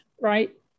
right